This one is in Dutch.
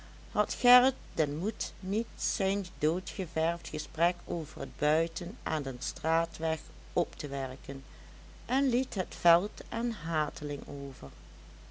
had gerrit den moed niet zijn gedoodverfd gesprek over het buiten aan den straatweg op te werken en liet het veld aan hateling over